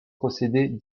procéder